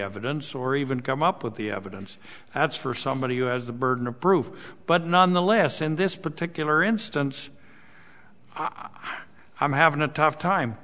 evidence or even come up with the evidence that's for somebody who has the burden of proof but nonetheless in this particular instance i i'm having a tough time